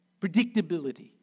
Predictability